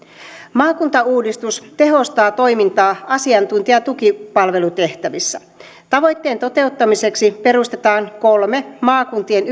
maakuntauudistus tehostaa toimintaa asiantuntija ja tukipalvelutehtävissä tavoitteen toteuttamiseksi perustetaan kolme maakuntien